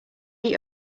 eat